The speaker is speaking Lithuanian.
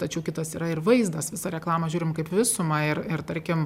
tačiau kitas yra ir vaizdas visą reklamą žiūrim kaip visumą ir ir tarkim